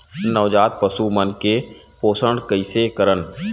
नवजात पशु मन के पोषण कइसे करन?